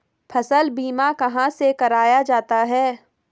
फसल बीमा कहाँ से कराया जाता है?